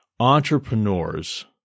entrepreneurs